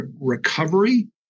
recovery